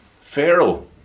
Pharaoh